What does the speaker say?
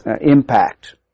impact